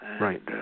right